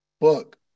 book